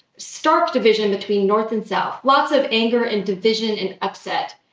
stark division between north and south. lots of anger and division and upset,